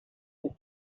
with